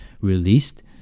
released